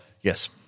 Yes